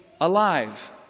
alive